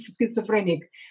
schizophrenic